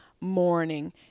morning